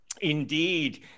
Indeed